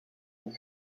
aux